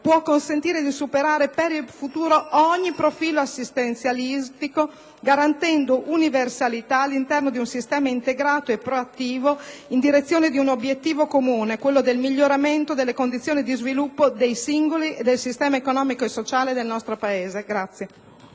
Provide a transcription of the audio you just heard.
può consentire di superare, per il futuro, ogni profilo assistenzialistico, garantendo universalità all'interno di un sistema integrato e proattivo in direzione di un obiettivo comune, quello del miglioramento delle condizioni di sviluppo dei singoli e del sistema economico e sociale del nostro Paese.